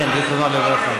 כן, זיכרונו לברכה.